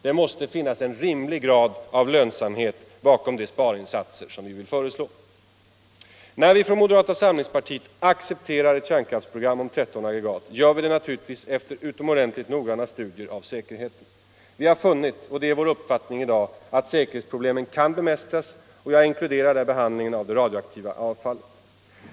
Det måste finnas en rimlig grad av lönsamhet bakom de sparinsatser vi föreslår. När vi från moderata samlingspartiet accepterar ett kärnkraftsprogram om 13 aggregat gör vi det naturligtvis efter utomordentligt noggranna studier av säkerheten. Vi har funnit — och det är vår uppfattning i dag — att säkerhetsproblemen kan bemästras, och jag inkluderar där behandlingen av det radioaktiva avfallet.